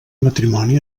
matrimoni